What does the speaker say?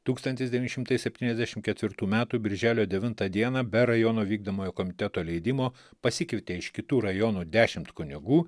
tūkstantis devyni šimtai septyniasdešim ketvirtų metų birželio devintą dieną be rajono vykdomojo komiteto leidimo pasikvietė iš kitų rajonų dešimt kunigų